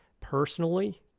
personally